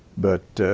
but, ah,